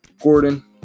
Gordon